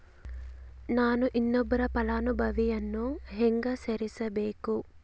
ನಾನು ಇನ್ನೊಬ್ಬ ಫಲಾನುಭವಿಯನ್ನು ಹೆಂಗ ಸೇರಿಸಬೇಕು?